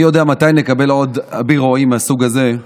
מי יודע מתי נקבל עוד אביר רועים מהסוג הזה.